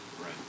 Right